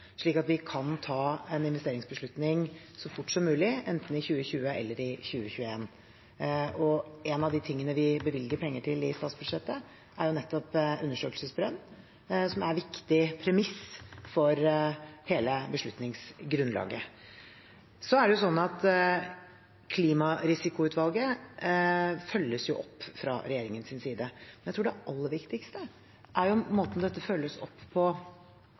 slik at vi kan ta en investeringsbeslutning så fort som mulig, enten i 2020 eller i 2021. Og en av de tingene vi bevilger penger til i statsbudsjettet, er nettopp en undersøkelsesbrønn, som er et viktig premiss for hele beslutningsgrunnlaget. Så er det slik at Klimarisikoutvalget følges opp fra regjeringens side. Jeg tror det aller viktigste er måten dette følges opp på